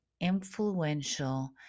influential